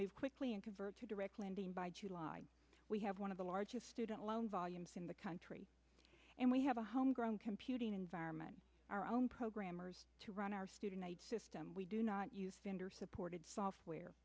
move quickly and convert to direct lending by july we have one of the largest student loan volumes in the country and we have a home grown computing environment our own programmers to run our student system we do not use vendor supported software